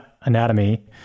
anatomy